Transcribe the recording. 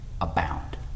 abound